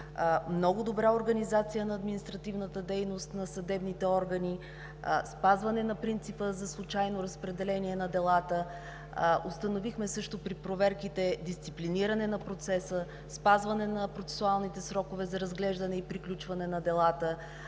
Много добра организация на административната дейност на съдебните органи, спазване на принципа за случайно разпределение на делата. Установихме също при проверките дисциплиниране на процеса; спазване на процесуалните срокове за разглеждане и приключване на делата;